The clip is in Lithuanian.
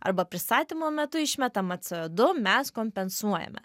arba pristatymo metu išmetamą co du mes kompensuojame